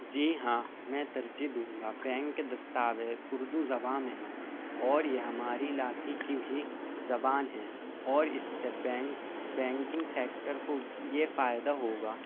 جی ہاں میں ترجیح دوں گا بینک کے دستاویز اردو زباں میں ہوں اور یہ ہماری علاقے کی بھی زبان ہے اور اس سے بینک بینکنگ سیکٹر کو یہ فائدہ ہوگا